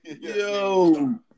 yo